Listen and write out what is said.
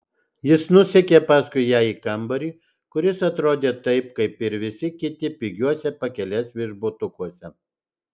jis nusekė paskui ją į kambarį kuris atrodė taip kaip ir visi kiti pigiuose pakelės viešbutukuose